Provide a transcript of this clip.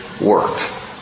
work